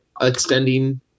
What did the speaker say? extending